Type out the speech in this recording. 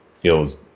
feels